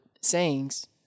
sayings